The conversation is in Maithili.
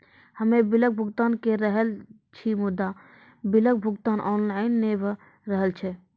हम्मे बिलक भुगतान के रहल छी मुदा, बिलक भुगतान ऑनलाइन नै भऽ रहल छै?